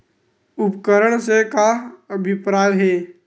उपकरण से का अभिप्राय हे?